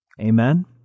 Amen